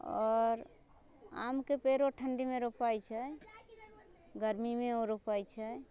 आओर आमके पेड़ो ठण्डीमे रोपाइत छै गरमीमे ओ रोपाइत छै